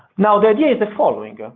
now the idea is the following.